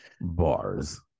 Bars